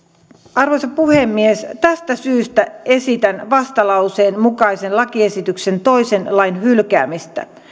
arvoisa puhemies tästä syystä esitän vastalauseen mukaisesti lakiesityksen toisen lain hylkäämistä